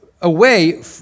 away